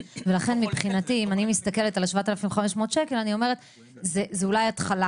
ולכן מבחינתי אם אני מסתכלת על ה-7,500 שקל אני אומרת שזה אולי התחלה